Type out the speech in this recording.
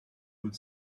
could